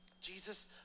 Jesus